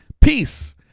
peace